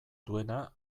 duena